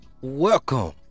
welcome